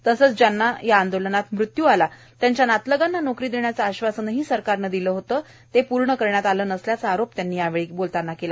तसंच ज्यांना या आंदोलनात मृत्यू आला त्यांच्या नातलगांना नोकरी देण्याचे आश्वासन ही सरकारने दिले होते ते सुदधा पूर्ण करण्यात आले नाही आहे असा आरोपही त्यांनी यावेळी बोलताना केला